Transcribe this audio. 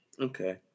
okay